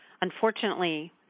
Unfortunately